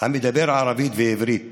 המדבר ערבית ועברית,